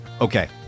Okay